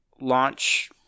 launch